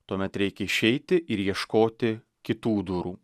tuomet reikia išeiti ir ieškoti kitų durų